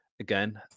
again